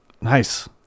nice